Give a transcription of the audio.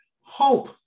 Hope